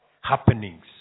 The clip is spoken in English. happenings